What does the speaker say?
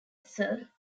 sir